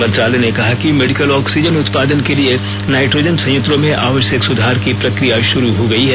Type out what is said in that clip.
मंत्रालय ने कहा कि मेडिकल ऑक्सीजन उत्पादन के लिए नाइट्रोजन संयंत्रों में आवश्यक सुधार की प्रक्रिया शुरू हो गई है